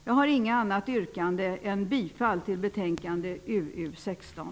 Jag har inget annat yrkande än bifall till hemställan i betänkande UU16